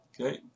Okay